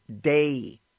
day